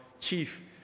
chief